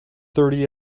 thirty